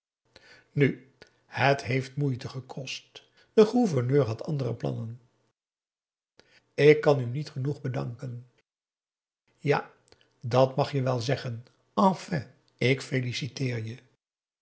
nu het heeft moeite gekost de gouverneur had andere plannen ik kan u niet genoeg danken ja dat mag je wel zeggen enfin ik feliciteer je